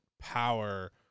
power